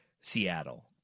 Seattle